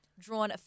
Drawn